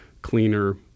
cleaner